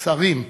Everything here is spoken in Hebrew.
שרים,